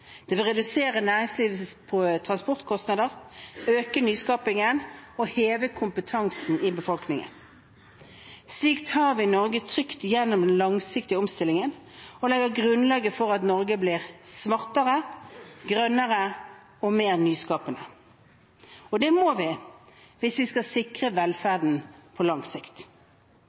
Det vil redusere næringslivets transportkostnader, øke nyskapingen og heve kompetansen i befolkningen. Slik tar vi Norge trygt igjennom den langsiktige omstillingen og legger grunnlaget for at Norge blir smartere, grønnere og mer nyskapende. Det må vi hvis vi skal sikre velferden på lang sikt.